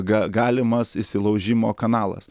ga galimas įsilaužimo kanalas